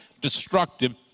destructive